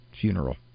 funeral